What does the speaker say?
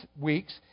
weeks